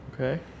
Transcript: Okay